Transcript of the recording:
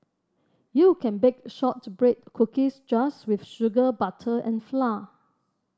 you can bake shortbread cookies just with sugar butter and flour